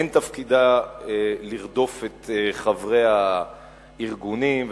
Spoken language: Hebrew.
אין תפקידה לרדוף את חברי הארגונים,